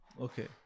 Okay